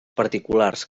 particulars